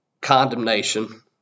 condemnation